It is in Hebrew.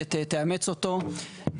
הנכבדת תאמץ אותו.